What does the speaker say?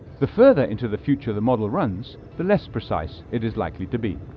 the further into the future the model runs, the less precise it is likely to be.